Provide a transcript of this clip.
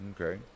Okay